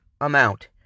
amount